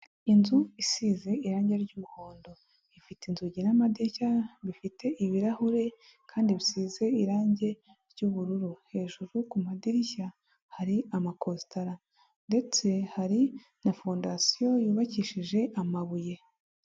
Inzu isize irangi ry'umuhondo. Ifite inzugi n'amadirishya bifite ibirahure kandi bisize irangi ry'ubururu. Hejuru ku madirishya hari amakositara ndetse hari na fondasiyo yubakishije amabuye.